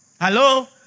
Hello